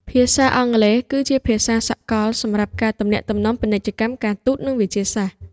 ភាសាអង់គ្លេសគឺជាភាសាសកលសម្រាប់ការទំនាក់ទំនងពាណិជ្ជកម្ម ការទូត និងវិទ្យាសាស្ត្រ។